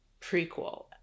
prequel